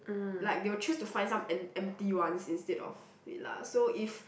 like they will choose to find some em~ empty ones instead of it lah so if